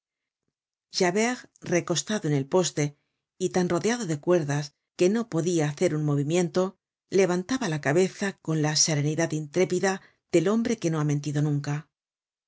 javert recostado en el poste y tan rodeado de cuerdas que no podia hacer un movimiento levantaba la cabeza con la serenidad intrépida del hombre que no ha mentido nunca es